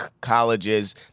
colleges